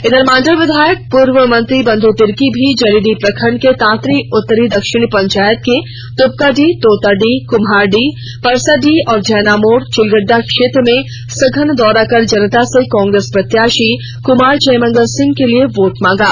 इधर मांडर विधायक पूर्व मंत्री बंधु तिर्की भी जरीडीह प्रखंड के तांतरी उत्तरी दक्षिणी पंचायत के तुपकाडीह तोताडीह कुम्हारडीह परसाडीह और जैनामोड़ चिलगड्डा क्षेत्र में सघन दौरा कर जनता से कांग्रेस प्रत्याशी कुमार जयमंगल सिंह के लिए वोट मांगा